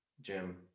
Jim